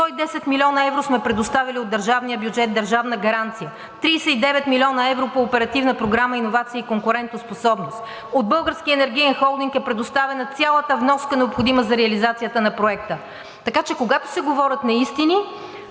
110 млн. евро сме предоставили от държавния бюджет държавна гаранция, 39 млн. евро по Оперативна програма „Иновации и конкурентоспособност“. От Българския енергиен холдинг е предоставена цялата вноска, необходима за реализацията на Проекта. Така че когато се говорят неистини,